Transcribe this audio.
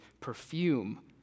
perfume